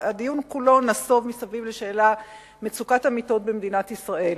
הדיון כולו נסב סביב שאלת מצוקת המיטות במדינת ישראל,